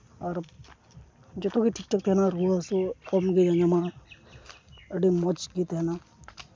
ᱟᱨ ᱡᱚᱛᱚᱜᱮ ᱴᱷᱤᱠ ᱴᱷᱟᱠ ᱛᱟᱦᱮᱱᱟ ᱨᱩᱣᱟᱹ ᱦᱟᱹᱥᱩ ᱠᱚᱢᱜᱮ ᱧᱟᱢᱟ ᱟᱹᱰᱤ ᱢᱚᱡᱽ ᱜᱮ ᱛᱟᱦᱮᱱᱟ